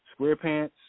SquarePants